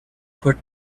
for